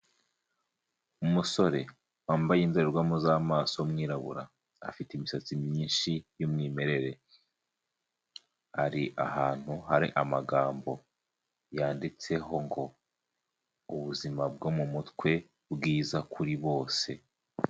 Umusore wambaye indorerwamo z'amaso w'umwirabura afite imisatsi myinshi y'umwimerere, ari ahantu hari amagambo yanditseho ngo ''ubuzima bwo mu mutwe bwiza kuri bose.''